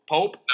Pope